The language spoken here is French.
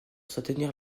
soutenir